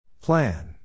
Plan